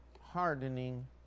hardening